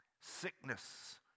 Sickness